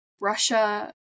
russia